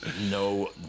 No